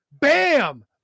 bam